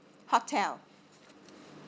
hotel